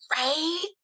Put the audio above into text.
Right